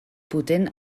potent